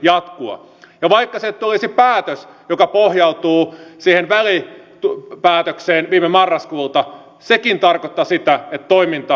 ja vaikka sieltä tulisi päätös joka pohjautuu siihen välipäätökseen viime marraskuulta sekin tarkoittaa sitä että toiminta vaarantuu merkittävästi